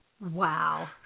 Wow